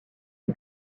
des